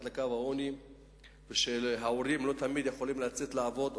לקו העוני וההורים לא תמיד יכולים לצאת לעבוד,